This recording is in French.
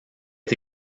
est